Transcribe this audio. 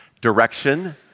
Direction